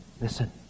listen